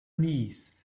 knees